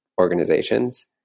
organizations